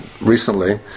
recently